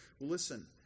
Listen